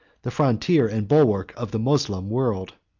the frontier and bulwark of the moslem world.